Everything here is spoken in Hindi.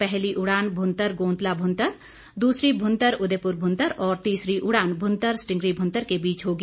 पहली उड़ान भुंतर गोंदला भुंतर दूसरी भुंतर उदयपुर भुंतर और तीसरी उड़ान भुंतर स्टींगरी भुंतर के बीच होगी